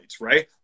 right